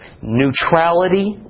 Neutrality